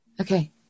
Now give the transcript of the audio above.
okay